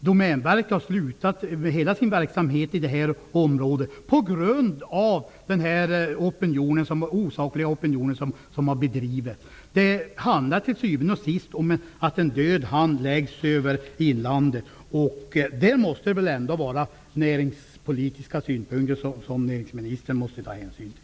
Domänverket har slutat med hela sin verksamhet inom detta område på grund av den osakliga opinion som har drivits fram. Det handlar till syvende och sist om att en död hand läggs över inlandet. Det är väl en näringspolitisk synpunkt som näringsministern måste ta hänsyn till.